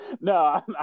No